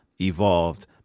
evolved